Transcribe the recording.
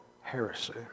heresy